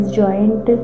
joint